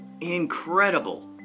Incredible